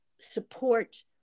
support